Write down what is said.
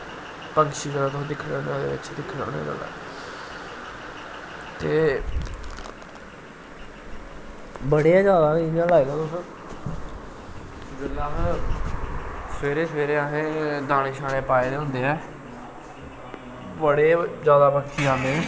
पक्षी जेह्ड़ा तुस दिक्खने होन्ने ओह्दै विच दिक्खने होन्ने ते बड़े गै जैदा इ'यां लाई लाओ तुस जिसलै अस सवेरे सवेरे असैं दाने शाने पाए दे होंदे ऐ बड़े जैदा पक्षी आंदे न